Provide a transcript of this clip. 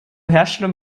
herstellung